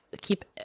keep